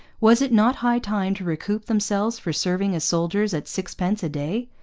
was it not high time to recoup themselves for serving as soldiers at sixpence a day?